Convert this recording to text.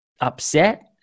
upset